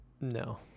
No